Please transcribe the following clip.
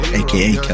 aka